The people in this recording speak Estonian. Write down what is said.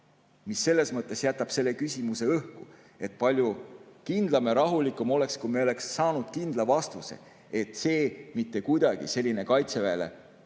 See selles mõttes jätab selle küsimuse õhku. Palju kindlam ja rahulikum oleks, kui me oleks saanud kindla vastuse, et selline Kaitseväele